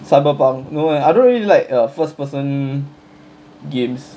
Cyberpunk no eh I don't really like uh first person games